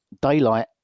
daylight